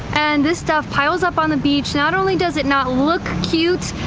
and this stuff piles up on the beach, not only does it not look cute,